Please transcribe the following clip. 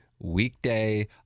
weekday